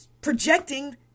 projecting